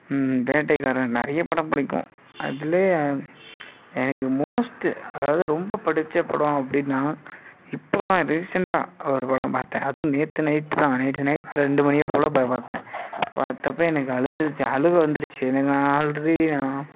வேட்டைக்காரன் நிறையா படம் பிடிக்கும் அதிலையே எனக்கு மோஸ்ட்டு அதாவது ரொம்ப பிடித்த படம் அப்படின்னா இப்போதான் ரீசன்ட்டாக ஒரு படம் பார்த்தேன் அதுவும் நேற்று நைட்டுதான் நேற்று நைட் ரெண்டு மணியை போல போய் பார்த்தேன் பார்த்தப்ப எனக்கு அழுதுடுச்சு அழுகை வந்துடுச்சி என்னென்னால் ஆல்ரெடி நான்